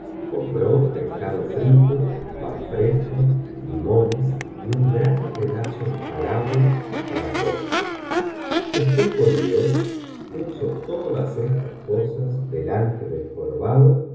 compró pescado frito pan frestoo limones y un gran pedazo de jialaua para postre después volvió paso todas estas cosas delante del jorobado